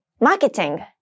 marketing